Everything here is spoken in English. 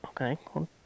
okay